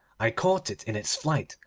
i caught it in its flight,